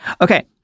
okay